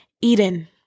Eden